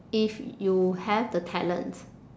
if you have the talent